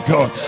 God